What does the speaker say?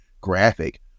graphic